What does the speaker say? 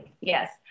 Yes